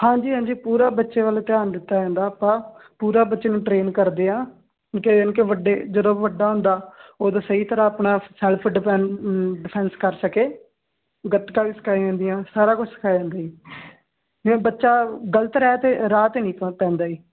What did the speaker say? ਹਾਂਜੀ ਹਾਂਜੀ ਪੂਰਾ ਬੱਚੇ ਵੱਲ ਧਿਆਨ ਦਿੱਤਾ ਜਾਂਦਾ ਆਪਾਂ ਪੂਰਾ ਬੱਚੇ ਨੂੰ ਟਰੇਨ ਕਰਦੇ ਹਾਂ ਯਾਨੀ ਕਿ ਯਾਨੀ ਕਿ ਵੱਡੇ ਜਦੋਂ ਵੱਡਾ ਹੁੰਦਾ ਉਦੋਂ ਸਹੀ ਤਰ੍ਹਾਂ ਆਪਣਾ ਸੈਲਫ ਡਿਪੈਂਨ ਡਿਫੈਂਸ ਕਰ ਸਕੇ ਗਤਕਾ ਵੀ ਸਿਖਾਇਆ ਜਾਂਦੀਆਂ ਸਾਰਾ ਕੁਝ ਜਿਵੇਂ ਬੱਚਾ ਗਲਤ ਰਹਿ 'ਤੇ ਰਾਹ 'ਤੇ ਨਹੀਂ ਪੈਂਦਾ ਜੀ